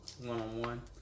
one-on-one